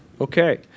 Okay